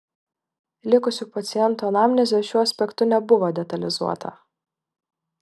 likusių pacientų anamnezė šiuo aspektu nebuvo detalizuota